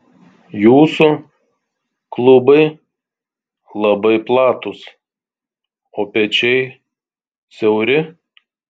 jūsų klubai labai platūs o pečiai siauri